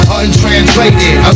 untranslated